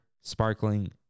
Sparkling